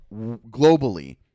globally